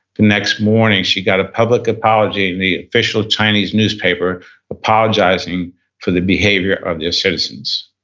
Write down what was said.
the next morning, she got a public apology in the official chinese newspaper apologizing for the behavior of their citizens.